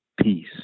peace